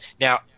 Now